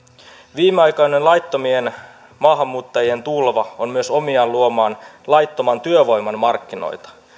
viimeaikainen laittomien maahanmuuttajien tulva on myös omiaan luomaan laittoman työvoiman markkinoita